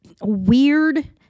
weird